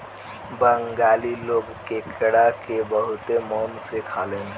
बंगाली लोग केकड़ा के बहुते मन से खालेन